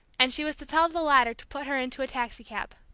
and she was to tell the latter to put her into a taxicab.